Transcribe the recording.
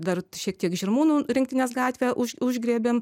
dar šiek tiek žirmūnų rinktinės gatvėje už užgriebėm